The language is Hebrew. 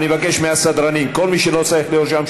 אני אבקש מהסדרנים: כל מי שלא צריך להיות שם,